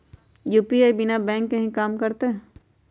UPI बिना bank के भी कम करतै?